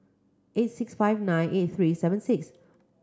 eight six five nine eight three seven six